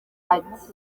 ati